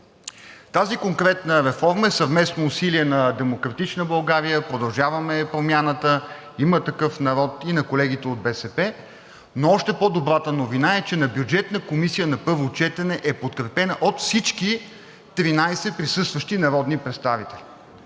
Тази конкретна реформа е съвместно усилие на „Демократична България“, „Продължаваме Промяната“, „Има такъв народ“ и на колегите от „БСП за България“, но още по-добрата новина е, че на Бюджетна комисия на първо четене е подкрепена от всичките 13 присъстващи народни представители,